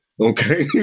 Okay